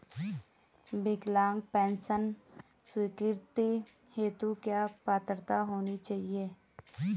विकलांग पेंशन स्वीकृति हेतु क्या पात्रता होनी चाहिये?